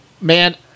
Man